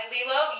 Lilo